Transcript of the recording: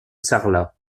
sarlat